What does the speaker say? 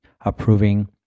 approving